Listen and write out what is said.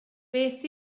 beth